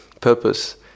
purpose